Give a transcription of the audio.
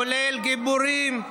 כולל גיבורים,